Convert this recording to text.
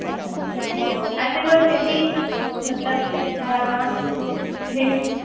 अच्छा ठीक है अच्छा एक बार फिर भी मतलब थोड़ा सा हिंट